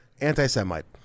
Anti-Semite